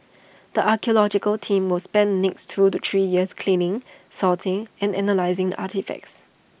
the archaeological team will spend next two to three years cleaning sorting and analysing the artefacts